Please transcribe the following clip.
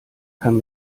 kann